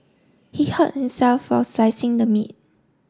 he hurt himself while slicing the meat